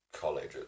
college